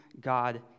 God